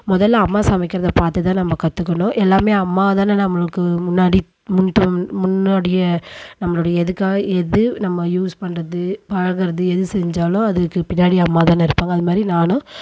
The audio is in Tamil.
முதலில் அம்மா சமைக்கிறதை பார்த்து தான் நம்ம கற்றுக்குணும் எல்லாம் அம்மா தான் நம்மளுக்கு முன்னாடி முன்தா முன்னோடியே நம்மளுடைய எதுக்காக எது நம்ம யூஸ் பண்ணுறது பழகிறது எது செஞ்சாலும் அதுக்கு பின்னாடி அம்மா தான் இருப்பாங்க அது மாதிரி நானும்